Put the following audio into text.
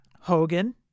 Hogan